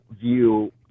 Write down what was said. view